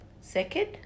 Second